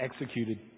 executed